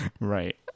Right